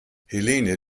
helene